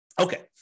Okay